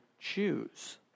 choose